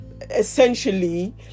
essentially